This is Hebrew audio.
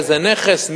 באיזה נכס,